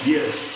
Yes